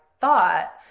thought